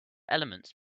elements